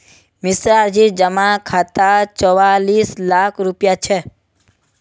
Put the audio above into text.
मिश्राजीर जमा खातात चौवालिस लाख रुपया छ